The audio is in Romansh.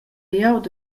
glieud